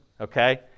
Okay